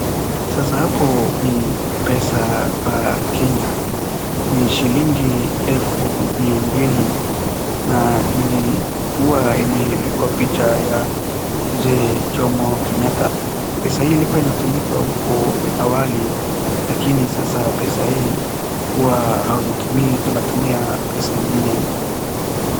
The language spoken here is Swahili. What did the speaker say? Sasa hapo ni pesa wa Kenya ni shilingi elfu mia mbili na ni huwa imekwa picha ya Mzee Jomo Kenyatta. Pesa hii ilikuwa inatumika huko awali lakini sasa pesa hii huwa huzitumi tunatumia pesa ingine.